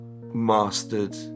mastered